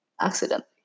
Accidentally